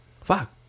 fuck